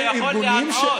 וזה יכול להטעות.